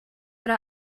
эрэ